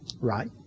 Right